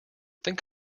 think